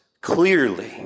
clearly